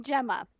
Gemma